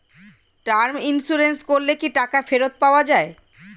Term insurance করলে কি টাকা ফেরত পাওয়া যায়?